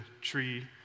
tree